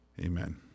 Amen